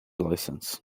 license